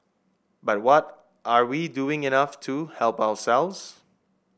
but what are we doing enough to help ourselves